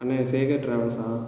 அண்ணேன் Sekar டிராவல்ஸ்ஸா